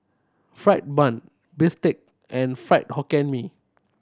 fried bun bistake and Fried Hokkien Mee